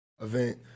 event